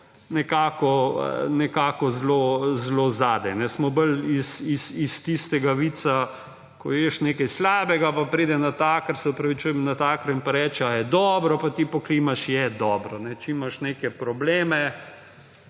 zelo zelo zadaj. Smo bolj iz tistega vica, ko ješ nekaj slabega, pa pride natakar – se opravičujem natakarjem – pa reče, ali je dobro, pa ti pokimaš, da je dobro. Čim imaš neke probleme,